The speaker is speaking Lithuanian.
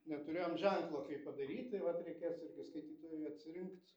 neturėjom ženklo kaip padaryt tai vat reikės irgi skaitytojui atsirinkt